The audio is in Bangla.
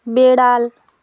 বেড়াল